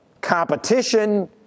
competition